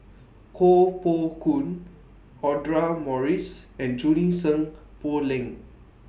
Koh Poh Koon Audra Morrice and Junie Sng Poh Leng